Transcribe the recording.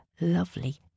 lovely